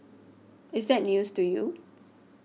is that news to you